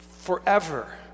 forever